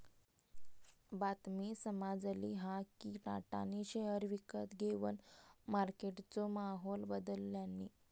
बातमी समाजली हा कि टाटानी शेयर विकत घेवन मार्केटचो माहोल बदलल्यांनी